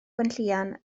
gwenllian